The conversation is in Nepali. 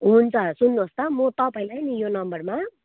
हुन्छ सुन्नुहोस् त म तपईँलाई नि यो नम्बरमा